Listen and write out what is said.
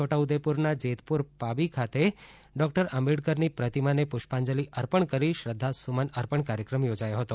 છોટાઉદેપુરના જેતપુર પાવી ખાતે ડૉક્ટર આંબેડકરની પ્રતિમાને પુષ્પાંજલી અર્પણ કરી શ્રધ્ધા સુમન અર્પણ કાર્યક્રમ યોજાયો હતો